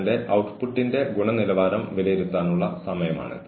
തൊഴിലാളിയെ കുറിച്ച് പരസ്യമായോ സ്വകാര്യമായോ നടത്തിയ അവഹേളനപരമായ അഭിപ്രായങ്ങൾ